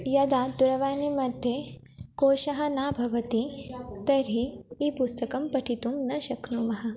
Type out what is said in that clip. यदा दूरवाणीमध्ये कोशः न भवति तर्हि ई पुस्तकं पठितुं न शक्नुमः